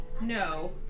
No